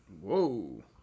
Whoa